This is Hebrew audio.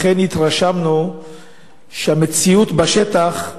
אכן התרשמנו שהמציאות בשטח,